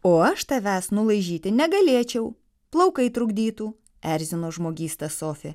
o aš tavęs nulaižyti negalėčiau plaukai trukdytų erzino žmogystą sofi